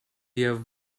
wir